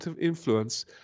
influence